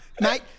mate